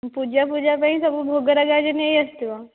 ପୂଜା ଫୁଜା ପାଇଁ ସବୁ ଭୋଗ ରାଗ ଆଜି ନେଇଆସିଥିବ